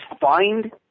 find